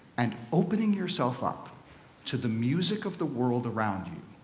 and opening yourself up to the music of the world around you,